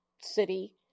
city